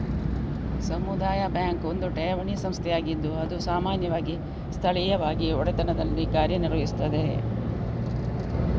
ಸಮುದಾಯ ಬ್ಯಾಂಕ್ ಒಂದು ಠೇವಣಿ ಸಂಸ್ಥೆಯಾಗಿದ್ದು ಅದು ಸಾಮಾನ್ಯವಾಗಿ ಸ್ಥಳೀಯವಾಗಿ ಒಡೆತನದಲ್ಲಿ ಕಾರ್ಯ ನಿರ್ವಹಿಸುತ್ತದೆ